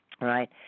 Right